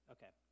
Okay